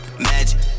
magic